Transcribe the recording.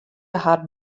har